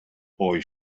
boy